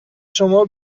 شما